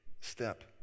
step